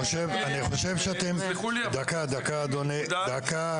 תסלחו לי, אבל --- אדוני, דקה.